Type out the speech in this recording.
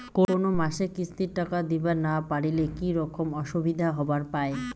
কোনো মাসে কিস্তির টাকা দিবার না পারিলে কি রকম অসুবিধা হবার পায়?